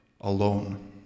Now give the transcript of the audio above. alone